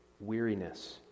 Weariness